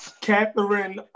Catherine